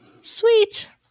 sweet